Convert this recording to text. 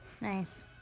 Nice